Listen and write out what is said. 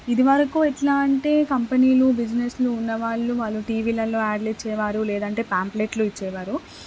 ఇది వరకు ఎట్లా అంటే కంపెనీలు బిజినెస్లు ఉన్నవాళ్ళు వాళ్ళు టీవీలల్లో యాడ్లు ఇచ్చేవారు లేదంటే ప్యాంప్లెట్లు ఇచ్చేవారు